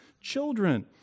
children